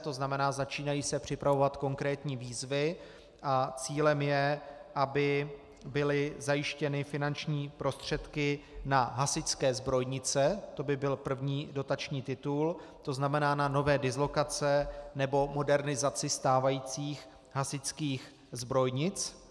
To znamená, začínají se připravovat konkrétní výzvy a cílem je, aby byly zajištěny finanční prostředky na hasičské zbrojnice, to by byl první dotační titul, to znamená na nové dislokace nebo modernizaci stávajících hasičských zbrojnic.